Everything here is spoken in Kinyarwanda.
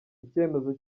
icyemezo